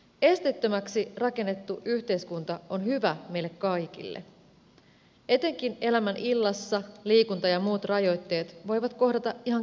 esteettömäksi rakennettu yhteiskunta on hyvä meille kaikille etenkin elämän illassa liikunta ja muut rajoitteet voivat kohdata ihan kenet hyvänsä